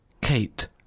Kate